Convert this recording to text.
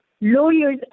Lawyers